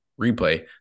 replay